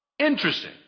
Interesting